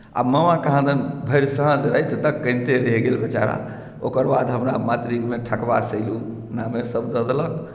आ मामा कहाँ दन भरि साँझ राति तक कनिते रहि गेल बेचारा ओकर बाद हमरा मातृकमे ठकबा नामे सभ दऽ देलक